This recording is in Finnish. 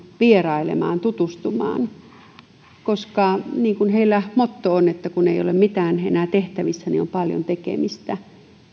vierailemaan tutustumaan sinne koska niin kuin heillä motto on että kun ei ole mitään tehtävissä niin on paljon tekemistä